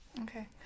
Okay